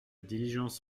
diligence